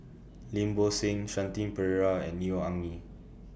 Lim Bo Seng Shanti Pereira and Neo Anngee